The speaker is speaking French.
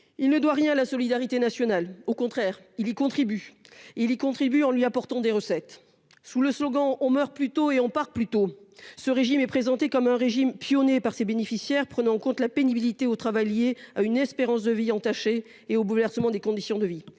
Il ne doit rien à la solidarité nationale ; au contraire, il y contribue, en lui apportant des recettes. Au travers du slogan « on meurt plus tôt, on part plus tôt », ce régime est présenté comme un régime pionnier par ses bénéficiaires, prenant en compte la pénibilité au travail liée à une espérance de vie entamée et au bouleversement des conditions de vie.